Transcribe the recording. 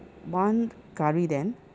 one curry then